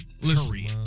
Listen